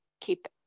Keep